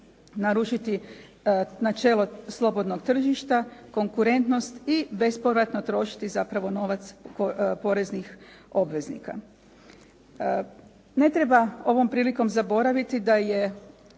narušiti načelo slobodnog tržišta, konkuretnost i bespovratno trošiti zapravo novac poreznih obveznika. Ne treba ovom prilikom zaboraviti da je